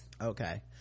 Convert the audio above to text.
Okay